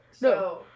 No